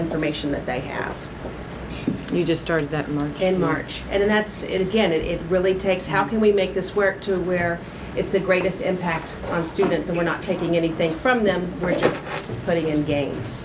information that they have you just started that in march and that's it again it really takes how can we make this work to where it's the greatest impact on students and we're not taking anything from them or putting in gangs